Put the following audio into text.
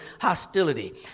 hostility